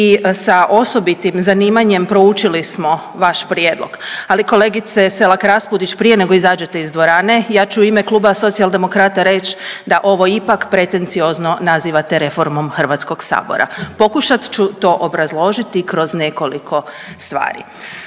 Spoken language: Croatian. i sa osobitim zanimanjem proučili smo vaš prijedlog, ali kolegice Selak Raspudić prije nego izađete iz dvorane ja ću u ime Kluba Socijaldemokrata reć da ovo ipak pretenciozno nazivate reformom HS, pokušat ću to obrazložiti kroz nekoliko stvari.